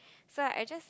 so I just